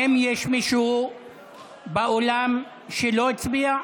האם יש מישהו באולם שלא הצביע?